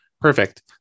Perfect